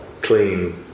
clean